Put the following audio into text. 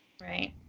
Right